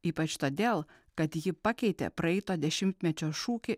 ypač todėl kad ji pakeitė praeito dešimtmečio šūkį